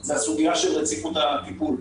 זה הסוגיה של רציפות הטיפול.